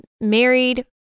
married